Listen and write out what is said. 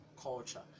culture